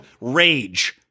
Rage